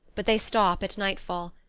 but they stop at nightfall,